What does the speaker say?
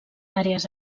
àrees